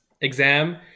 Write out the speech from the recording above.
exam